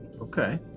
Okay